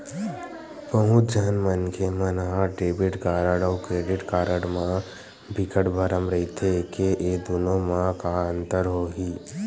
बहुत झन मनखे मन ह डेबिट कारड अउ क्रेडिट कारड म बिकट भरम रहिथे के ए दुनो म का अंतर होही?